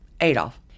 Adolf